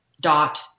dot